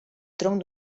tronc